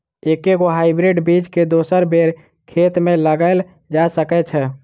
एके गो हाइब्रिड बीज केँ दोसर बेर खेत मे लगैल जा सकय छै?